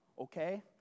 okay